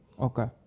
okay